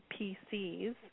PCs